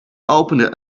opened